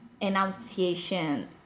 enunciation